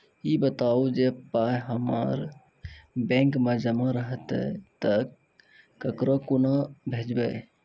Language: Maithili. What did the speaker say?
ई बताऊ जे पाय हमर बैंक मे जमा रहतै तऽ ककरो कूना भेजबै?